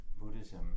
Buddhism